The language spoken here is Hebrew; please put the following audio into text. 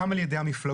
גם על ידי המפלגות.